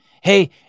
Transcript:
Hey